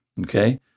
Okay